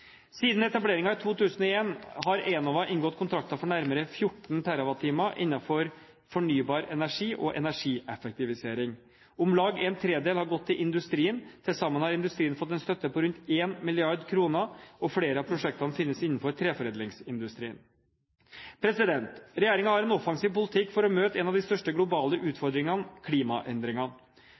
Siden etableringen i 2001 har Enova inngått kontrakter for nærmere 14 TWh innenfor fornybar energi og energieffektivisering. Om lag en tredjedel har gått til industrien. Til sammen har industrien fått en støtte på rundt 1 mrd. kr, og flere av prosjektene finnes innenfor treforedlingsindustrien. Regjeringen har en offensiv politikk for å møte en av de største globale utfordringene: klimaendringene.